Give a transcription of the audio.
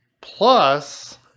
plus